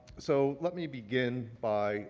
so let me begin by